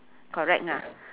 correct ah